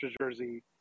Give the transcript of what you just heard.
jersey